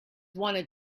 wanted